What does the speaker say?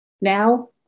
Now